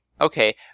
Okay